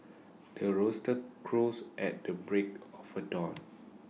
the rooster crows at the break of dawn